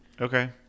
okay